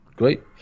Great